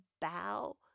bow